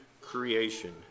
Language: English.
creation